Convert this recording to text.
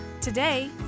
Today